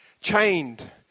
Chained